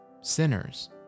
sinners